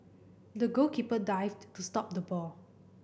the goalkeeper dived to stop the ball